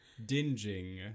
dinging